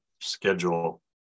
schedule